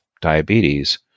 diabetes